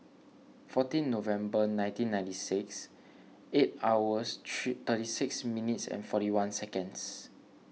fourteen November nineteen ninety six eight hours three thirty six minutes and forty one